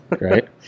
Right